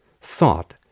thought